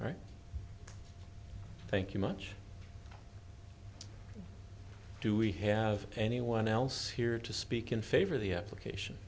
right thank you much do we have anyone else here to speak in favor of the application